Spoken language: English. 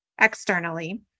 externally